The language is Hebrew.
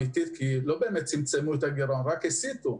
לא באמת צמצמו אלא רק הסיטו.